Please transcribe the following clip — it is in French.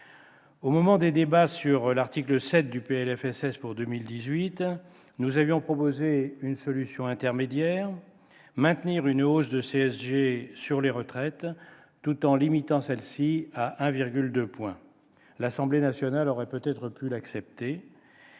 Lors des débats sur l'article 7 du PLFSS pour 2018, nous avions proposé une solution intermédiaire : maintenir une hausse de la CSG sur les pensions de retraite, tout en la limitant à 1,2 point. L'Assemblée nationale aurait peut-être pu la retenir.